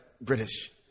British